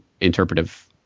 interpretive